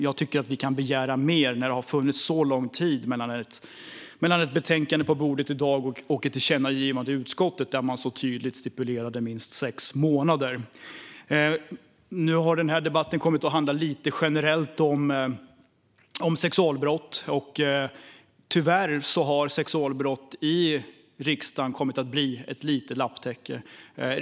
Jag tycker att vi kan begära mer när det har gått så lång tid mellan det betänkande som ligger på bordet i dag och tillkännagivandet i utskottet, där man tydligt stipulerade minst sex månader. Nu har den här debatten kommit att handla om sexualbrott lite mer generellt. Tyvärr har sexualbrott i lagstiftningen kommit att bli lite av ett lapptäcke.